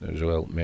zowel